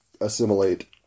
assimilate